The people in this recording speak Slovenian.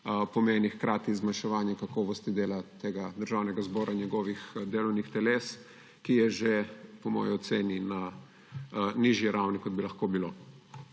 pomeni hkrati zmanjševanje kakovosti dela Državnega zbora in njegovih delovnih teles, ki je po moji oceni že na nižji ravni, kot bi lahko bilo.